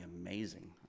amazing